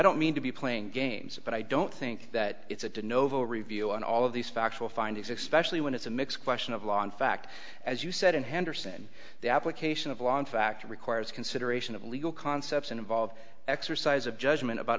don't mean to be playing games but i don't think that it's a did novo review on all of these factual findings that specially when it's a mix question of law in fact as you said in henderson the application of law in fact requires consideration of legal concepts involved exercise of judgment about